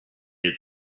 had